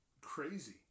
crazy